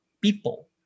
people